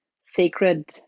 sacred